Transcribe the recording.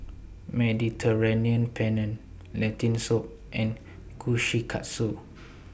Mediterranean Penne Lentil Soup and Kushikatsu